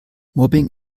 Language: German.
mobbing